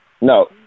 No